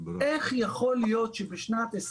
איך יכול שב-2020,